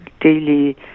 daily